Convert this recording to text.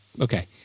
Okay